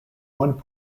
one